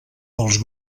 dels